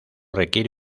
requiere